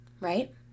right